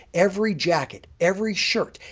every jacket, every shirt,